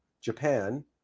Japan